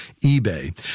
eBay